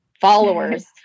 followers